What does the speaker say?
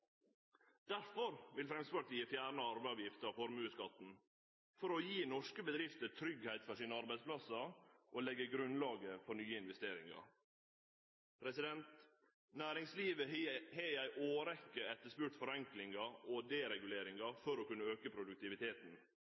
Derfor vil Framstegspartiet fjerne arveavgifta og formuesskatten, for å gi norske bedrifter tryggleik for arbeidsplassane sine og leggje grunnlaget for nye investeringar. Næringslivet har i ei årrekkje etterspurt forenklingar og dereguleringar for å kunne auke produktiviteten.